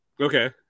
Okay